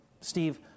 Steve